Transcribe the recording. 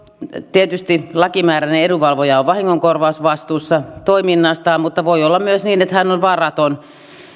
tietysti lakimääräinen edunvalvoja on vahingonkorvausvastuussa toiminnastaan mutta voi olla myös niin että hän on varaton